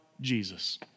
Jesus